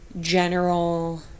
general